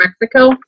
Mexico